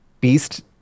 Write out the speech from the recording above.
beast